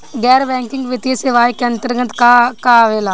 गैर बैंकिंग वित्तीय सेवाए के अन्तरगत का का आवेला?